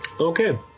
Okay